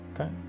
Okay